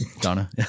Donna